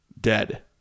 Dead